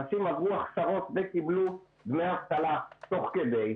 אנשים עברו הכשרות וקיבלו דמי אבטלה תוך כדי,